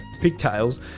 pigtails